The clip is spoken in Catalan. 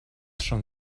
són